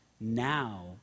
now